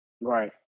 Right